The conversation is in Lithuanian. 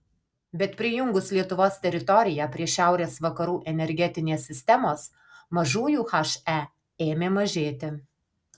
bet prijungus lietuvos teritoriją prie šiaurės vakarų energetinės sistemos mažųjų he ėmė mažėti